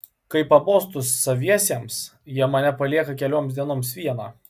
kai pabostu saviesiems jie mane palieka kelioms dienoms vieną